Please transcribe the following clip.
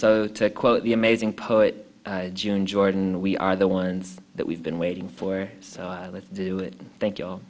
so to quote the amazing poet june jordan we are the ones that we've been waiting for so i let it thank you